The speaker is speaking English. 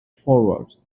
forward